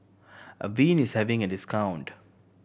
avene is having a discount